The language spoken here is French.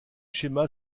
schéma